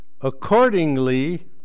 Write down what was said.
Accordingly